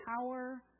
power